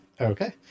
Okay